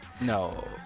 No